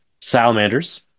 Salamanders